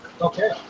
Okay